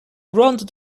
granted